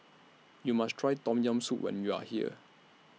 YOU must Try Tom Yam Soup when YOU Are here